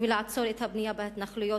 ולעצור את הבנייה בהתנחלויות,